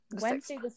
Wednesday